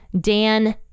Dan